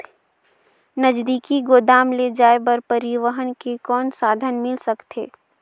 नजदीकी गोदाम ले जाय बर परिवहन के कौन साधन मिल सकथे?